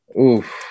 Oof